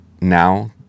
now